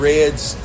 Red's